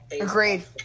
Agreed